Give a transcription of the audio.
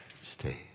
Stay